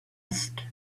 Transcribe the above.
asked